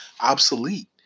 obsolete